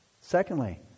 Secondly